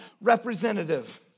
representative